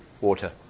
Water